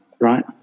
right